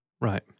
Right